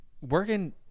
working